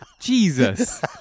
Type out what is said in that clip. Jesus